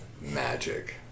magic